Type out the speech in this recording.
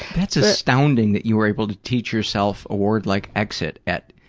that's astounding that you were able to teach yourself a word like exit at